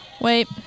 Wait